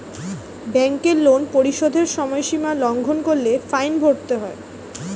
ব্যাংকের লোন পরিশোধের সময়সীমা লঙ্ঘন করলে ফাইন ভরতে হয়